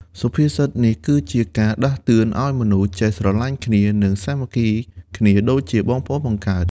សុភាសិតនេះគឺជាការដាស់តឿនឱ្យមនុស្សចេះស្រឡាញ់គ្នា និងសាមគ្គីគ្នាដូចជាបងប្អូនបង្កើត។